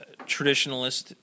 traditionalist